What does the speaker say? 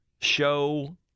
show